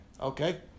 Okay